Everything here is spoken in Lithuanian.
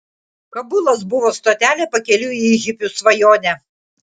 kabulas buvo stotelė pakeliui į hipių svajonę